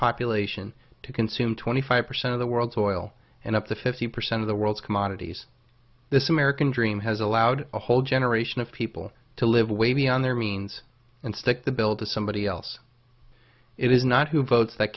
population to consume twenty five percent of the world's oil and up to fifty percent of the world's commodities this american dream has allowed a whole generation of people to live way beyond their means and stick the bill to somebody else it is not who votes that